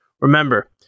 Remember